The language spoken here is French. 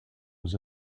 aux